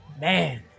man